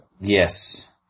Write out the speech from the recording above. Yes